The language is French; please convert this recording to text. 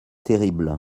terrible